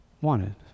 wanted